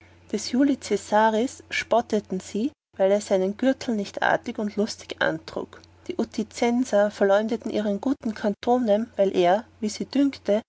des julii cäsaris spotteten sie weil er seinen gürtel nicht artig und lustig antrug die uticenser verleumdeten ihren guten catonem weil er wie sie